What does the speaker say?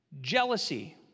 jealousy